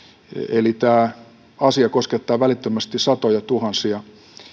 eli tämä asia koskettaa välittömästi satojatuhansia